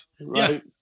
Right